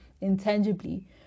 intangibly